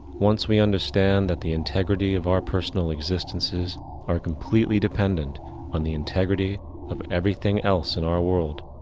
once we understand that the integrity of our personal existences are completely dependent on the integrity of everything else in our world,